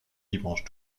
dimanche